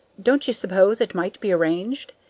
don't you suppose it might be arranged?